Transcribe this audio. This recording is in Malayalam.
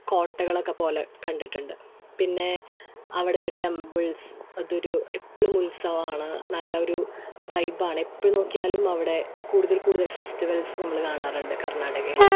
കോട്ടകളൊക്കപ്പോലെ കണ്ടിട്ടുണ്ട് പിന്നേ അവിടത്തെ ടെമ്പിൾസ് അതൊരു എപ്പോഴും ഉത്സവമാണ് നല്ലൊരു വൈബാണ് എപ്പോള് നോക്കിയാലും അവിടെ എ കൂടുതൽ കൂടുതൽ ഫെസ്റ്റിവൽസ് നമ്മള് കാണാറുണ്ട് കർണ്ണാടകയില്